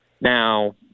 Now